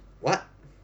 what